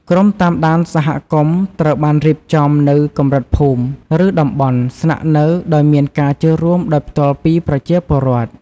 ក្រុមតាមដានសហគមន៍ត្រូវបានរៀបចំនៅកម្រិតភូមិ ឬតំបន់ស្នាក់នៅដោយមានការចូលរួមដោយផ្ទាល់ពីប្រជាពលរដ្ឋ។